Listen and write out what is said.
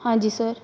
ਹਾਂਜੀ ਸਰ